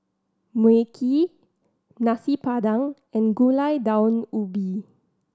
Mui Kee Nasi Padang and Gulai Daun Ubi